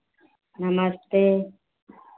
नमस्ते